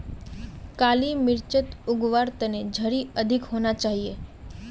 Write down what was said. काली मिर्चक उग वार तने झड़ी अधिक होना चाहिए